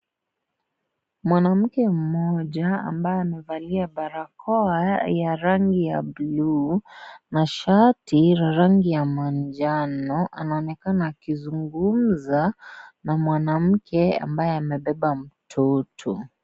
Mwanamke mmoja ambaye amevalia barakoa ya rangi ya blue na shati ya rangi ya manjano anaonekana akizungumza na mwanamke ambaye amebeba mtoto.